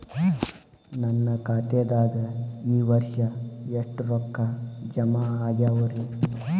ನನ್ನ ಖಾತೆದಾಗ ಈ ವರ್ಷ ಎಷ್ಟು ರೊಕ್ಕ ಜಮಾ ಆಗ್ಯಾವರಿ?